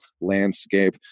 landscape